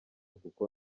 kuko